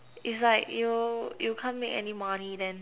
it's like you you can't make any money then